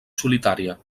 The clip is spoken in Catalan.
solitària